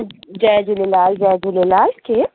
जय झूलेलाल जय झूलेलाल केरु